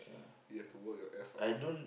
you have to work your ass off